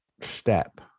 step